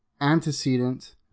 antecedent